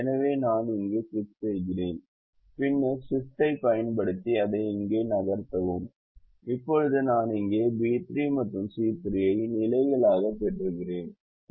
எனவே நான் இங்கே கிளிக் செய்கிறேன் பின்னர் ஷிப்டைப் பயன்படுத்தி அதை இங்கே நகர்த்தவும் இப்போது நான் இங்கே B3 மற்றும் C3 ஐ நிலைகளாகப் பெறுகிறேன்